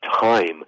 Time